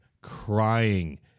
crying